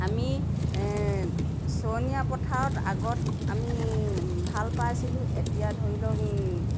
আমি চৰণীয়া পথাৰত আগত আমি ভাল পাইছিলোঁ এতিয়া ধৰি লওক